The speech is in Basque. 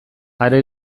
are